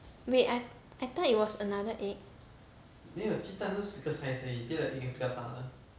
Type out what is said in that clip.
wait I I thought it was another egg